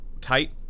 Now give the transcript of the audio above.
Tight